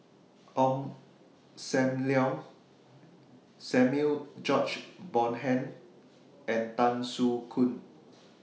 Ong SAM Leong Samuel George Bonham and Tan Soo Khoon